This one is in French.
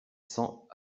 cents